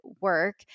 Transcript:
work